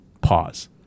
Pause